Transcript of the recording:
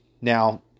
Now